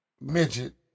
midget